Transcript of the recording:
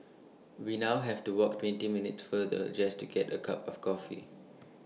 we now have to walk twenty minutes farther just to get A cup of coffee